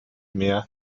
mehr